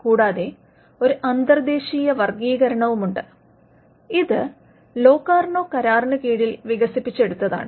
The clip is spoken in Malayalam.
കൂടാതെ ഒരു അന്തർദ്ദേശീയ വർഗ്ഗീകരണവുമുണ്ട് ഇത് ലോകാർനോ കരാറിന് കീഴിൽ വികസിപ്പിച്ചെടുത്തതാണ്